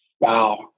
Wow